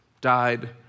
died